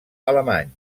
alemany